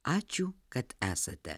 ačiū kad esate